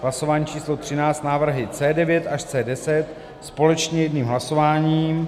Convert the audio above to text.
Hlasování číslo třináct návrhy C9 až C10 společně jedním hlasováním.